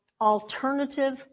alternative